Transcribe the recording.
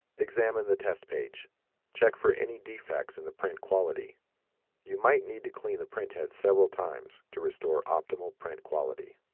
examine the test page check for any defects in the print quality you might need to clean the printhead several times to restore optimal print quality